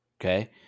okay